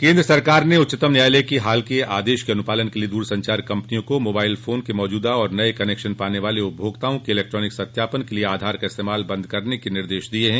केन्द्र सरकार ने उच्चतम न्यायालय के हाल के आदेश के अनुपालन के लिए दूरसंचार कंपनियों को मोबाइल फोन के मौजूदा और नए कनेक्शन पाने वाले उपभोक्ताओं के इलेक्ट्रॉनिक सत्यापन के लिए आधार का इस्तेमाल बंद करने का निर्देश दिया है